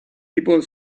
people